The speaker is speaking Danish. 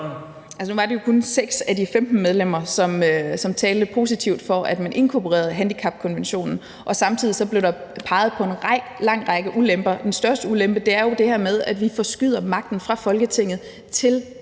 Nu var det jo kun 6 af de 15 medlemmer, som talte positivt for, at man inkorporerede handicapkonventionen. Og samtidig blev der peget på en lang række ulemper. Den største ulempe er jo det her med, at vi forskyder magten fra Folketinget til